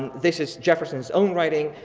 this is jefferson's own writing.